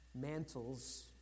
mantles